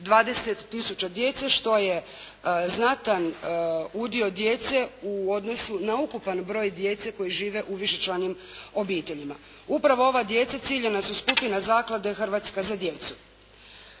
tisuća djece što je znatan udio djece u odnosu na ukupan broj djece koji žive u višečlanim obiteljima. Upravo ova djeca ciljana su skupina Zaklade "Hrvatska za djecu".